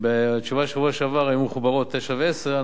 בתשובה של שבוע שעבר היו מחוברות 2009 ו-2010.